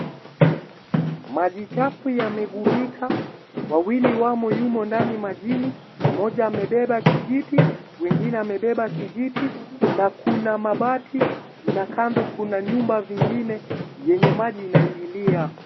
Maji chafu yamegubika, wawili wamo yumo ndani majini. Mmoja amebeba kijiti, mwingine amebeba kijiti na kuna mabati na kando kuna nyumba vingine yenye maji inaingilia.